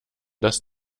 das